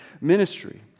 ministry